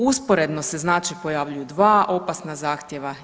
Usporedno se znači pojavljuju dva opasna zahtjeva.